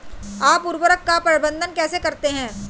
आप उर्वरक का प्रबंधन कैसे करते हैं?